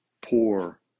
poor